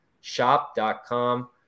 shop.com